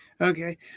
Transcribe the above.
Okay